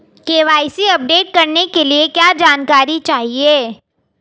KYC update करने के लिए क्या जानकारी चाहिए?